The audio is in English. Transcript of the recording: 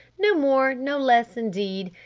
no more, no less indeed,